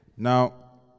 Now